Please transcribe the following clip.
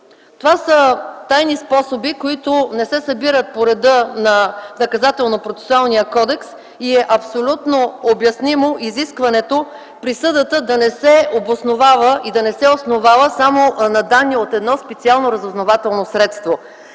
за събиране на данни, които не се събират по реда на Наказателния кодекс. Абсолютно обяснимо е изискването присъдата да не се обосновава и да не се основава само на данни от едно специално разузнавателно средство.